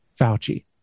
Fauci